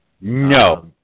No